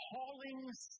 callings